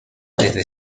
desde